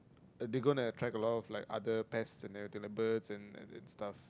they gonna attract like a lot of other pests and everything like birds and and and stuff